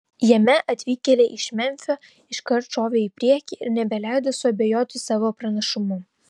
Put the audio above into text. jame atvykėliai iš memfio iškart šovė į priekį ir nebeleido suabejoti savo pranašumu